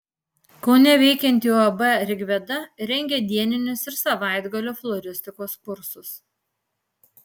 kaune veikianti uab rigveda rengia dieninius ir savaitgalio floristikos kursus